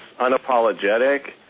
unapologetic